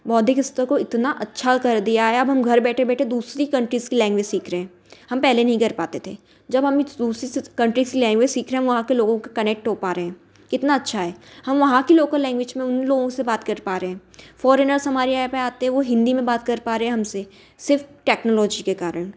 बौद्धिक स्तर को इतना अच्छा कर दिया है अब हम घर बैठे बैठे दूसरी कंट्रीस की लैंग्वेज सीख रहें हैं हम पहले नहीं कर पाते थे जब हम एक दूसरी कंट्री सी लैंग्वेज सीख रहें वहाँ के लोगों का कनेक्ट हो पा रहे हैं कितना अच्छा है हम वहाँ की लोकल लैंग्वेज में उन लोगों से बात कर पा रहे हैं फोरेनर्स हमारे यहाँ पर आते हैं वो हिंदी में बात कर पा रहे हैं हमसे सिर्फ टेक्नोलॉजी के कारण